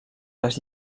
les